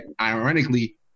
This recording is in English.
ironically